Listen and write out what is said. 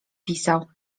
pisał